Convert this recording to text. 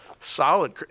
solid